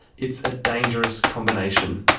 it's a dangerous combination.